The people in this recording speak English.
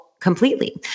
completely